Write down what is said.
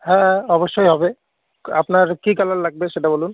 হ্যাঁ অবশ্যই হবে কা আপনার কী কালার লাগবে সেটা বলুন